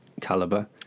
calibre